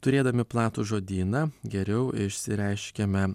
turėdami platų žodyną geriau išsireiškiame